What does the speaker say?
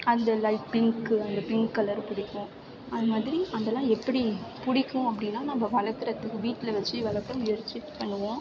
அந்த light pink அந்த pink colour பிடிக்கும் அது மாதிரி அதெல்லாம் எப்படி பிடிக்கும் அப்படின்னா நம்ம வளர்க்குறதுக்கு வீட்டில் வெச்சு வளர்க்க முயற்சி பண்ணுவோம்